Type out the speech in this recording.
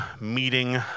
meeting